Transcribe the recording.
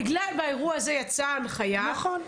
בגלל האירוע הזה יצאה הנחיה --- נכון.